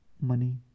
Money